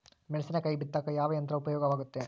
ಮೆಣಸಿನಕಾಯಿ ಬಿತ್ತಾಕ ಯಾವ ಯಂತ್ರ ಉಪಯೋಗವಾಗುತ್ತೆ?